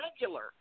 regular